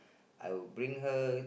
I will bring her